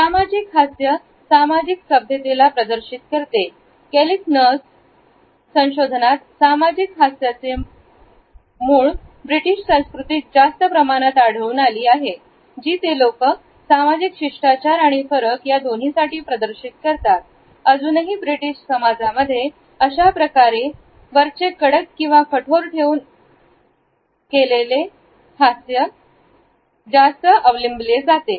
सामाजिक हास्य सामाजिक सभ्यतेला प्रदर्शित करते के ल ट नर्स संशोधनात सामाजिक हास्याचे मुळे ब्रिटिश संस्कृती जास्त प्रमाणात आढळून आली जी ते लोकं सामाजिक शिष्टाचार आणि फरक या दोन्हीसाठी प्रदर्शित करतात अजूनही ब्रिटिश समाजामध्ये अशाप्रकारे वरचे क डक किंवा कठोर ठेवून हास्य केले जातील